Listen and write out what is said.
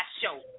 show